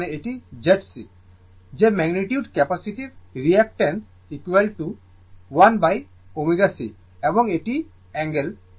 তার মানে এটি Z C যে ম্যাগনিটিউড ক্যাপাসিটিভ প্রতিক্রিয়া 1ω C এবং এটি অ্যাঙ্গেল যা 90 o